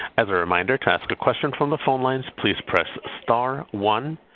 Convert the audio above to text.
as a reminder, to ask a question from the phone lines, please press star one,